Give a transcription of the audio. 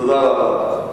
תודה רבה.